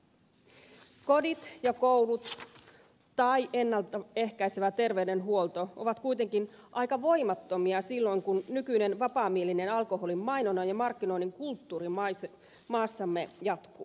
kodit ja koulut tai ennalta ehkäisevä terveydenhuolto ovat kuitenkin aika voimattomia silloin kun nykyinen vapaamielinen alkoholin mainonnan ja markkinoinnin kulttuuri maassamme jatkuu